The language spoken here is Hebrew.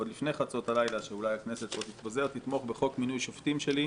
עוד לפני חצות הלילה שאז אולי הכנסת תתפזר חוק מינוי שופטים שלי.